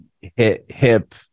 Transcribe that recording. hip